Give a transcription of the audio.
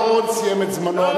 חבר הכנסת בר-און סיים את זמנו.